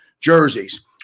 jerseys